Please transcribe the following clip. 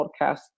podcast